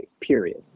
period